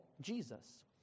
Jesus